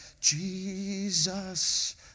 Jesus